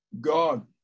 God